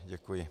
Děkuji.